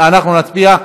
אנחנו נצביע.